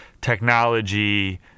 technology